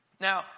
Now